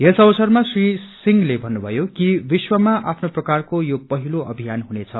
यस अवसरमा श्री सिंहले भन्नुभयो कि विश्वमा आफ्नो प्रकारको यो पहिलो अभियान हुनेछ